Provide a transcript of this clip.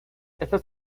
estas